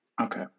Okay